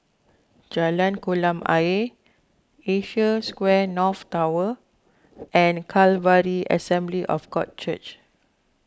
Jalan Kolam Ayer Asia Square North Tower and Calvary Assembly of God Church